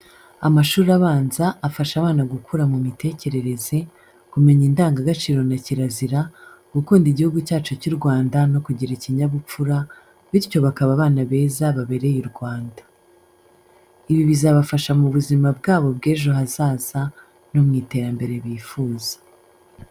Amashuri abanza afasha abana gukura mu mitekerereze, kumenya indangagaciro na kirazira, gukunda igihugu cyacu cy'u Rwanda no kugira ikinyabupfura, bityo bakaba abana beza babereye u Rwanda. Ibi bizabafasha mu buzima byabo bw'ejo hazaza no mu iterambere bifuza.